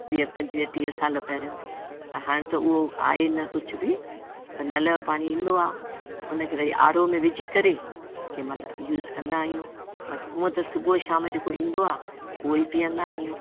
वीह पंजुवीह टीह साल पहिरियों त हाणे त उहो आहे न कुझु बि पर नल जो पाणी ईंदो आहे उन खे वरी आरो में विझी करे कंहिं महिल यूस कंदा आहियूं बाक़ी हुअं त सुबुहु शाम जेको ईंदो आ उहो ई पीअंदा आहियूं